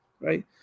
right